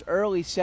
early